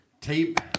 tape